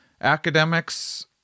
academics